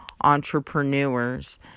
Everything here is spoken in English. entrepreneurs